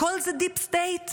הכול deep state?